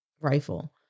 rifle